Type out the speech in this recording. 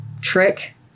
trick